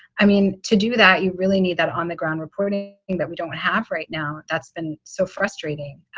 i mean, to do that, you really need that on the ground reporting that we don't have right now. that's been so frustrating.